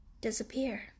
disappear